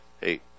hey